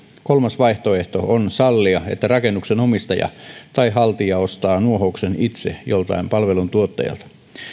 kolmas vaihtoehto on sallia että rakennuksen omistaja tai haltija ostaa nuohouksen itse joltain palveluntuottajalta